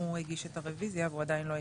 הוא הגיש את הרביזיה והוא עדיין לא הגיע,